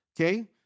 okay